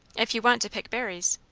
if you want to pick berries.